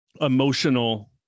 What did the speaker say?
emotional